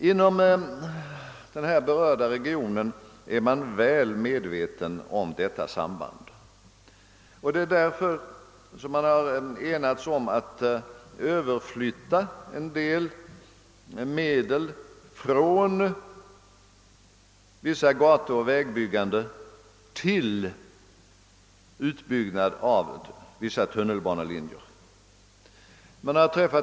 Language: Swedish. Inom den berörda regionen är man väl medveten om detta samband. Det är därför som man har enats om att överflytta en del medel från gatuoch vägbyggande till utbyggnad av vissa tunnelbanelinjer.